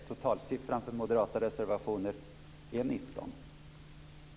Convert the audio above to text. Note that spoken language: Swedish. Det totala antalet moderata reservationer är 19.